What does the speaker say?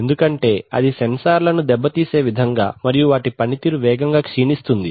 ఎందుకంటే అది సెన్సార్ను దెబ్బతీసే విధంగా మరియు వాటి పనితీరు వేగంగా క్షీణిస్తుంది